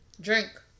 drink